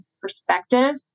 perspective